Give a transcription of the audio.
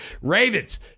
Ravens